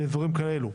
לאזורים כאלו?